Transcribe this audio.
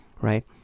right